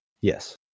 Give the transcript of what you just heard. yes